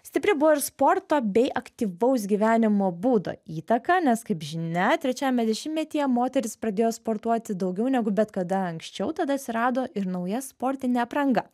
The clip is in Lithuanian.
stipri buvo ir sporto bei aktyvaus gyvenimo būdo įtaka nes kaip žinia trečiajame dešimtmetyje moterys pradėjo sportuoti daugiau negu bet kada anksčiau tada atsirado ir nauja sportinė apranga